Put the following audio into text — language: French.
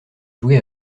joué